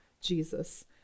Jesus